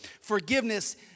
forgiveness